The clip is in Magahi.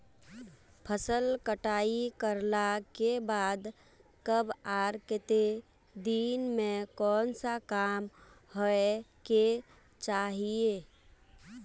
फसल कटाई करला के बाद कब आर केते दिन में कोन सा काम होय के चाहिए?